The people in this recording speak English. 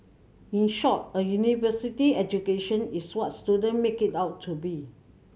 in short a university education is what student make it out to be